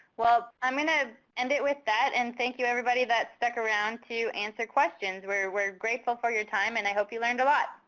i mean to end it with that, and thank you, everybody that stuck around to answer questions. we're we're grateful for your time, and i hope you learned a lot.